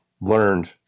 learned